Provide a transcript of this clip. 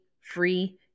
free